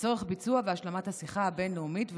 לצורך ביצוע והשלמת השיחה הבין-לאומית,